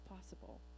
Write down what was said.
possible